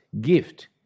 gift